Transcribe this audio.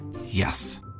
Yes